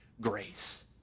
grace